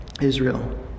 Israel